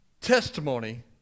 testimony